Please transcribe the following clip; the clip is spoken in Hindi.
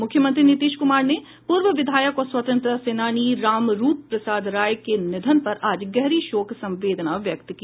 मुख्यमंत्री नीतीश कुमार ने पूर्व विधायक एवं स्वतंत्रता सेनानी रामरूप प्रसाद राय के निधन पर आज गहरी शोक संवेदना व्यक्त की